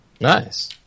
Nice